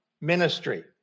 ministry